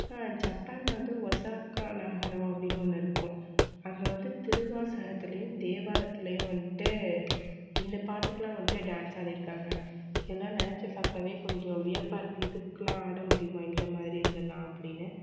ஜப்பானில் வந்து ஒசாக்கா நகரம் அப்படின்னு ஒன்று இருக்கும் அங்கே வந்து திருவாசகத்துலேயும் தேவாரத்துயும்லே வந்துட்டு இந்த பாட்டுக்குளா வந்ட்டு டான்ஸ் ஆடிருக்காங்கள் இதெல்லாம் நினச்சி பார்க்கவே கொஞ்சம் வியப்பாக இருக்குது இதுக்கெலாம் ஆட முடியுமா இந்த மாதிரி இதுலெலாம் அப்படின்னு